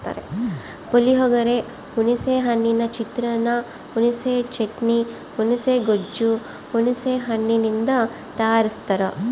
ಪುಳಿಯೋಗರೆ, ಹುಣಿಸೆ ಹಣ್ಣಿನ ಚಿತ್ರಾನ್ನ, ಹುಣಿಸೆ ಚಟ್ನಿ, ಹುಣುಸೆ ಗೊಜ್ಜು ಹುಣಸೆ ಹಣ್ಣಿನಿಂದ ತಯಾರಸ್ತಾರ